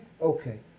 Okay